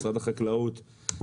משרד החקלאות,